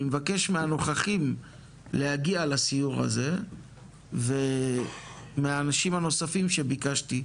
אני מבקש מהנוכחים להגיע לסיור הזה ומהאנשים הנוספים שביקשתי,